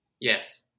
Yes